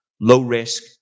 low-risk